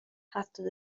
هفتاد